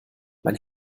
mein